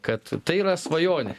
kad tai yra svajonė